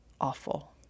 awful